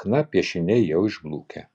chna piešiniai jau išblukę